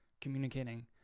communicating